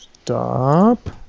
stop